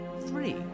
three